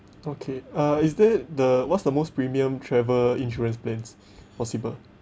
okay uh is there the what's the most premium travel insurance plans possible